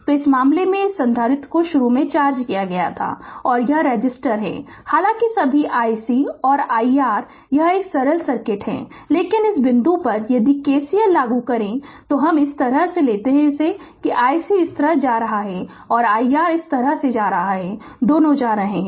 तो इस मामले में इस संधारित्र को शुरू में चार्ज किया गया था और यह रेसिस्टर है हालांकि सभी iC और iR यह एक सरल सर्किट है लेकिन इस बिंदु पर यदि KCL लागू करें तो हम इस तरह से लेते इसे कि iC इस तरह से जा रहा है और iR इस तरह से जा रहा है दोनों जा रहे हैं